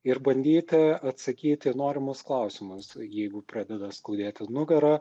ir bandyti atsakyti į norimus klausimus jeigu pradeda skaudėti nugarą